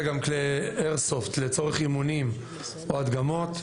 גם כלי איירסופט לצורך אימונים או הדגמות,